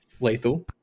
Lethal